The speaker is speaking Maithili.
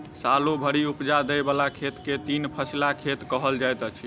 सालो भरि उपजा दय बला खेत के तीन फसिला खेत कहल जाइत अछि